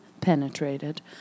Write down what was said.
penetrated